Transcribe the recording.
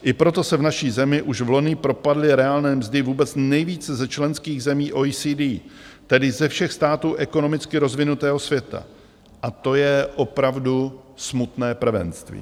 I proto se v naší zemi už vloni propadly reálné mzdy vůbec nejvíce z členských zemí OECD, tedy ze všech států ekonomicky rozvinutého světa, a to je opravdu smutné prvenství.